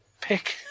pick